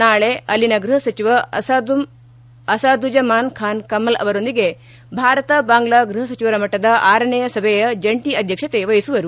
ನಾಳೆ ಅಲ್ಲಿನ ಗೃಹ ಸಚಿವ ಅಸಾದುಝಮಾನ್ ಖಾನ್ ಕಮಲ್ ಅವರೊಂದಿಗೆ ಭಾರತ ಬಾಂಗ್ಲಾ ಗೃಹ ಸಚಿವರ ಮಟ್ಟದ ಆರನೇಯ ಸಭೆಯ ಜಂಟಿ ಅಧ್ಯಕ್ಷತೆ ವಹಿಸುವರು